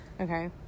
Okay